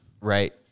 right